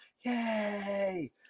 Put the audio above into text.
Yay